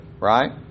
right